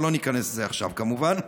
אבל לא ניכנס לזה עכשיו כמובן,